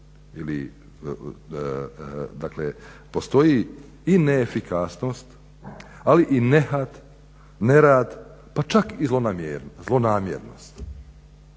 stroju postoji i neefikasnost, ali i nehat, nerad pa čak i zlonamjernost,